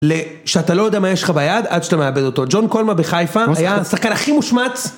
שאתה לא יודע מה יש לך ביד, עד שאתה מאבד אותו. ג'ון קולמה בחיפה היה השחקן הכי מושמץ.